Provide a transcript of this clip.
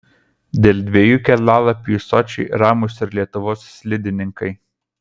dėl dviejų kelialapių į sočį ramūs ir lietuvos slidininkai